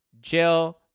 Jill